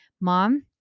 mom